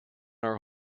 are